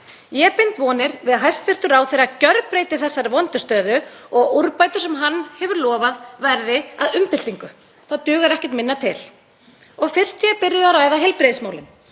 Ég bind vonir við að hæstv. ráðherra gjörbreyti þessari vondu stöðu og að úrbætur sem hann hefur lofað verði að umbyltingu. Það dugar ekkert minna til. Og fyrst ég er byrjuð að ræða heilbrigðismálin,